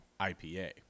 IPA